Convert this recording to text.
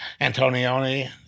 Antonioni